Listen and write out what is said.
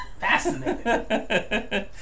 Fascinating